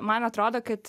man atrodo kad